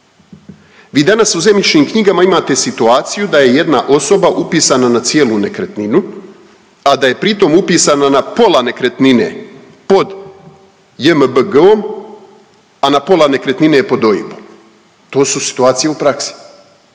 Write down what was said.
Vi danas u zemljišnim knjigama imate situaciju da je jedna osoba upisana na cijelu nekretninu, a da je pritom upisana na pola nekretnine pod JMBG-om, a na pola nekretnine pod OIB-om. To su situacije u praksi.